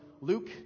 Luke